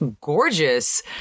gorgeous